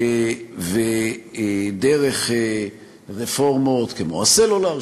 ודרך רפורמות כמו הסלולר,